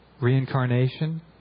Reincarnation